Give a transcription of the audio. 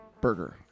Burger